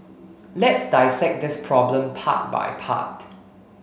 let's dissect this problem part by part